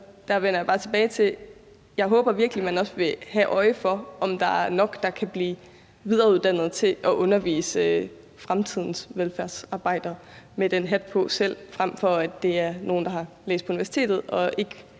håber, at man også vil have øje for, at der er nok, der kan blive videreuddannet til at undervise fremtidens velfærdsarbejdere, som selv har den hat på, frem for at det er nogle, der har læst på universitetet og ikke